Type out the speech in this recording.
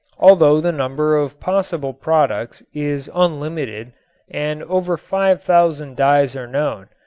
although the number of possible products is unlimited and over five thousand dyes are known,